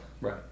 Right